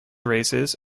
races